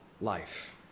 life